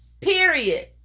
period